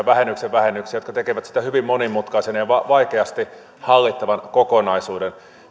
vähennyksen vähennyksiä jotka tekevät siitä hyvin monimutkaisen ja vaikeasti hallittavan kokonaisuuden